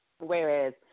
whereas